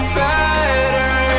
better